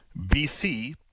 BC